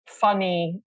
funny